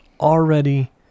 already